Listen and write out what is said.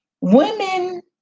Women